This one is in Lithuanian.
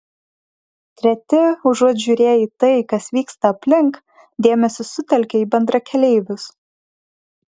treti užuot žiūrėję į tai kas vyksta aplink dėmesį sutelkia į bendrakeleivius